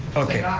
okay.